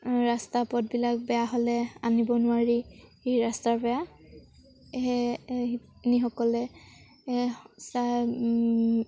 ৰাস্তা পথবিলাক বেয়া হ'লে আনিব নোৱাৰি সেই ৰাস্তা বেয়া সেয়ে শিপিনীসকলে